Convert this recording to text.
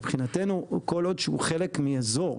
מבחינתנו כל עוד שהוא חלק מאזור,